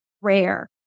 rare